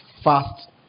fast